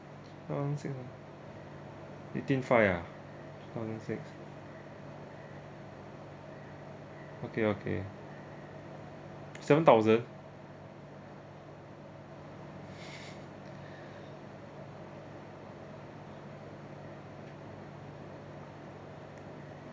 thousand six ah eighteen five uh thousand six okay okay seven thousand